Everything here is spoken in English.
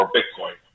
Bitcoin